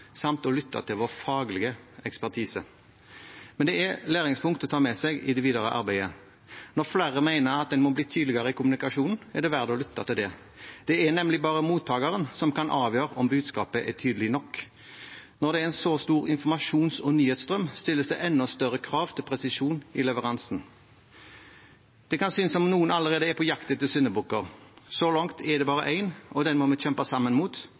samt å lytte til vår faglige ekspertise. Men det er læringspunkter å ta med seg i det videre arbeidet. Når flere mener at man må bli tydeligere i kommunikasjonen, er det verd å lytte til det. Det er nemlig bare mottakeren som kan avgjøre om budskapet er tydelig nok. Når det er en så stor informasjons- og nyhetsstrøm, stilles det enda større krav til presisjon i leveransen. Det kan synes som om noen allerede er på jakt etter syndebukker. Så langt er det bare én, og den må vi kjempe sammen mot